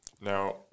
now